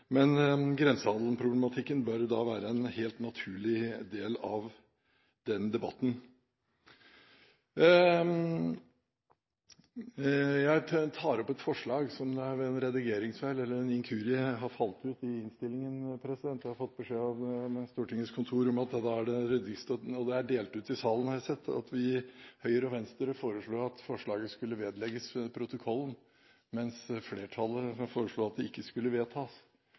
bør være en helt naturlig del av den debatten. Jeg tar opp et forslag som ved en redigeringsfeil eller en inkurie har falt ut av innstillingen. Jeg har fått beskjed fra Stortingets kontor om at det er omdelt i salen. Høyre og Venstre foreslår i en merknad i innstillingen at forslaget vedlegges protokollen, mens flertallet foreslår at det ikke skal vedtas. Dermed er det distribuert et forslag fra Høyre og Venstre om at forslaget skal vedlegges protokollen. Representanten Gunnar Gundersen har tatt opp det